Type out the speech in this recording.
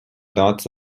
lots